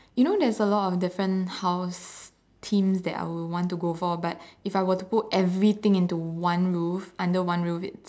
you know there's a lot of different house themes that I would want to go for but if I were to put everything into one roof under one roof it's